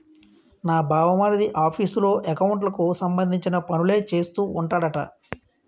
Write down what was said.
నా బావమరిది ఆఫీసులో ఎకౌంట్లకు సంబంధించిన పనులే చేస్తూ ఉంటాడట